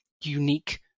unique